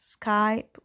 Skype